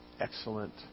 Excellent